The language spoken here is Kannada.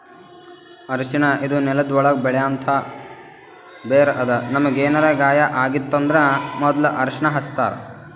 ಅರ್ಷಿಣ ಇದು ನೆಲ್ದ ಒಳ್ಗ್ ಬೆಳೆಂಥ ಬೇರ್ ಅದಾ ನಮ್ಗ್ ಏನರೆ ಗಾಯ ಆಗಿತ್ತ್ ಅಂದ್ರ ಮೊದ್ಲ ಅರ್ಷಿಣ ಹಚ್ತಾರ್